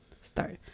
Start